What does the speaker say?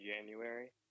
January